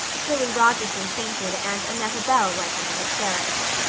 prillie rogerson fainted and annetta bell went into hysterics.